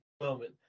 moment